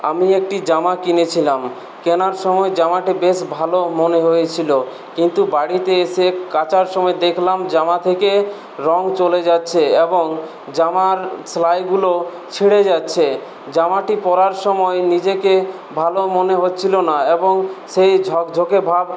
আমি একটি জামা কিনেছিলাম কেনার সময় জামাটি বেশ ভালো মনে হয়েছিল কিন্তু বাড়িতে এসে কাচার সময় দেখলাম জামা থেকে রঙ চলে যাচ্ছে এবং জামার সেলাইগুলো ছিড়ে যাচ্ছে জামাটি পড়ার সময় নিজেকে ভালো মনে হচ্ছিলো না এবং সেই ঝকঝকে ভাব